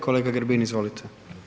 Kolega Grbin izvolite.